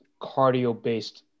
cardio-based